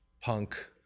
punk